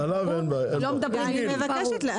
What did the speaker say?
לא מדברים עברית ברור.